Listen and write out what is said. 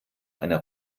einer